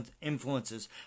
influences